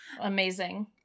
Amazing